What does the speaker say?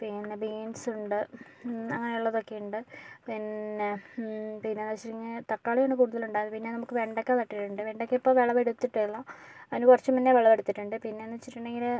പിന്നെ ബീൻസ് ഉണ്ട് അങ്ങനെ ഉള്ളതൊക്കെ ഉണ്ട് പിന്നെ പിന്നെ എന്ന് വെച്ചിട്ടുണ്ടങ്കിൽ തക്കാളിയാണ് കൂടുതൽ ഉണ്ടാകുന്നത് പിന്നെ നമുക്ക് വെണ്ടയ്ക്ക നട്ടിട്ടുണ്ട് വെണ്ടയ്ക്ക ഇപ്പോൾ വിളവ് എടുത്തിട്ടേയുള്ളൂ അതിന് കുറച്ച് മുന്നേ വിളവ് എടുത്തിട്ടുണ്ട് പിന്നെ എന്ന് വെച്ചിട്ടുണ്ടങ്കില്